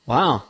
Wow